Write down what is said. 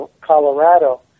Colorado